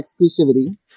exclusivity